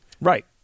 Right